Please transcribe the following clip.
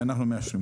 ואנחנו מאשרים.